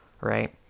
right